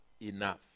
enough